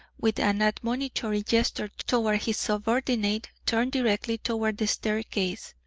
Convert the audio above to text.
with an admonitory gesture toward his subordinate, turned directly toward the staircase.